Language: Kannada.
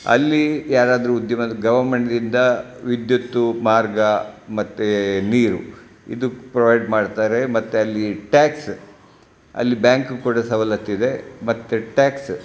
ಅಲ್ಲಿ ಯಾರಾದರೂ ಉದ್ಯಮದ ಗೌರ್ಮೆಂಟ್ದಿಂದ ವಿದ್ಯುತ್ತು ಮಾರ್ಗ ಮತ್ತು ನೀರು ಇದು ಪ್ರೊವೈಡ್ ಮಾಡ್ತಾರೆ ಮತ್ತು ಅಲ್ಲಿ ಟ್ಯಾಕ್ಸ್ ಅಲ್ಲಿ ಬ್ಯಾಂಕ್ ಕೂಡ ಸವಲತ್ತಿದೆ ಮತ್ತು ಟ್ಯಾಕ್ಸ್